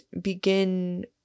begin